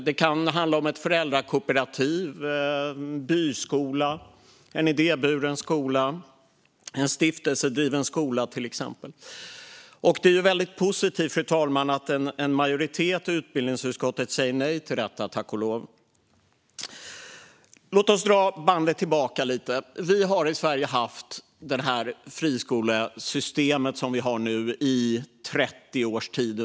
Det kan handla om en föräldrakooperativ byskola, en idéburen skola eller en stiftelsedriven skola till exempel. Det är dock väldigt positivt att en majoritet i utbildningsutskottet säger nej till detta, tack och lov. Låt oss backa bandet lite. Vi har i Sverige haft det friskolesystem som vi nu har i ungefär 30 års tid.